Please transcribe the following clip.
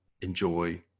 enjoy